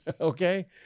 Okay